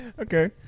Okay